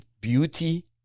beauty